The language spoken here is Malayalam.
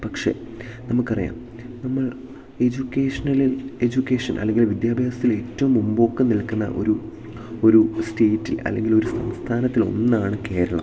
പക്ഷെ നമുക്കറിയാം നമ്മൾ എജ്യൂക്കേഷ്ണലിൽ എജ്യൂക്കേഷൻ അല്ലെങ്കിൽ വിദ്യാഭ്യാസത്തിലേറ്റവും മുമ്പോക്കം നിൽക്കുന്ന ഒരു ഒരു സ്റ്റേറ്റിൽ അല്ലെങ്കിലൊരു സംസ്ഥാനത്തിലൊന്നാണ് കേരളം